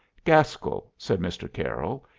gaskell, said mr. carroll,